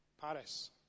Paris